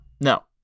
No